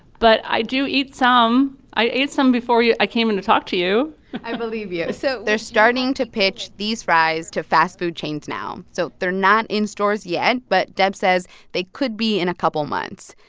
but i do eat some. i ate some before you i came in to talk to you i believe you. so. they're starting to pitch these fries to fast food chains now. so they're not in stores yet, but deb says they could be in a couple months.